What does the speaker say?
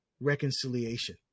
reconciliation